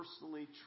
personally